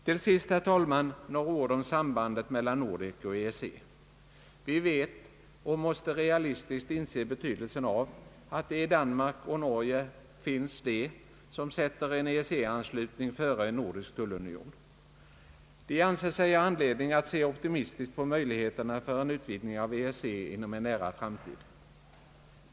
Till sist, herr talman, några ord om sambandet mellan Nordek och EEC. Vi vet och måste realistiskt inse betydelsen av att det i Danmark och Norge finns de som sätter en EEC-anslutning före en nordisk tullunion. De anser sig ha anledning att se optimistiskt på möjligheterna för en utvidning av EEC inom en nära framtid.